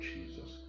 Jesus